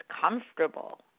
comfortable